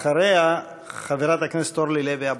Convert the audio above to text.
ואחריה, חברת הכנסת אורלי לוי אבקסיס.